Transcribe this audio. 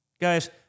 Guys